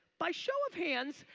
by show of hands,